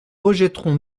rejetterons